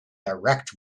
direct